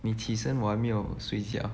你起身我还没有睡觉